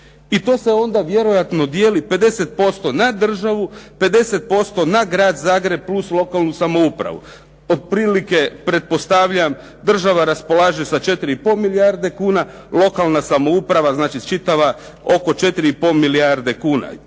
I to se onda vjerojatno dijeli 50% na državu, 50% na grad Zagreb, plus lokalnu samoupravu. Otprilike, pretpostavljam država raspolaže sa 4,5 milijarde kuna, lokalna samouprave znači čitava oko 4,5 milijarde kuna.